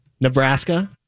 Nebraska